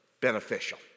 beneficial